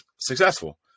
successful